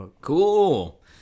Cool